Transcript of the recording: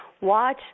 Watch